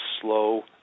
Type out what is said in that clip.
slow